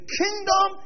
kingdom